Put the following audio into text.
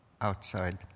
outside